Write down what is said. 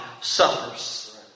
suffers